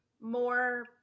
more